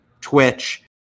Twitch